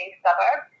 suburb